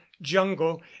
jungle